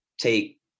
take